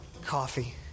coffee